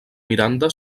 miranda